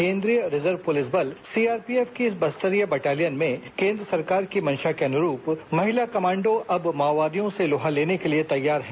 केंद्रीय reserve police बल CRPF की इस बस्तरिया बटालियन में केंद्र सरकार की मंशा के अनुरूप महिला कमांडो अब माओवादियों से लोहा लेने के लिए तैयार है